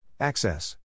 Access